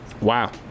Wow